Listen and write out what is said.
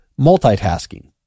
multitasking